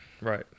right